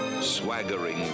swaggering